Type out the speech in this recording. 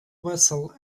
vessel